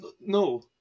No